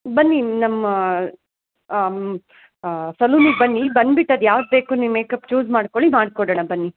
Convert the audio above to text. ಬನ್ನಿ ನಮ್ಮ ಸಲೂನಿಗೆ ಬನ್ನಿ ಬಂದ್ಬಿಟ್ಟು ಅದು ಯಾವ್ದು ಬೇಕು ನೀವು ಮೇಕಪ್ ಚೂಸ್ ಮಾಡಿಕೊಳ್ಳಿ ಮಾಡಿಕೊಡೋಣ ಬನ್ನಿ